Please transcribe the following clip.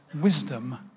wisdom